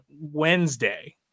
Wednesday